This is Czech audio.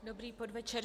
Dobrý podvečer.